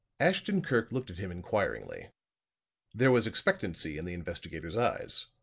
ashton-kirk looked at him inquiringly there was expectancy in the investigator's eyes,